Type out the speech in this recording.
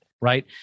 right